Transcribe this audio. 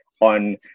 on